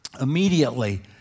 immediately